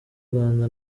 rwanda